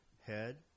head